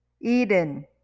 Eden